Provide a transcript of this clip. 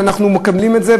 ואנחנו מקבלים את זה,